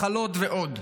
מחלות ועוד.